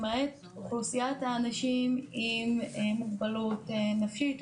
למעט אוכלוסיית האנשים עם מוגבלות נפשית,